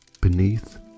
Beneath